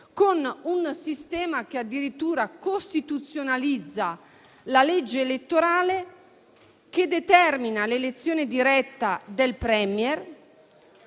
con un sistema che addirittura costituzionalizza la legge elettorale e determina l'elezione diretta del *Premier*,